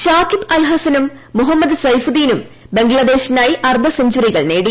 ഷാക്കിബ് അൽ ഹസനും മുഹമ്മദ് സൈഫുദ്ദീനും ബംഗ്ലാദേശിനായി അർധ സെഞ്ചുറികൾ നേടി